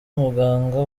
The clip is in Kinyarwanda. muganga